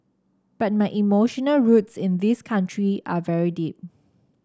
but my emotional roots in this country are very deep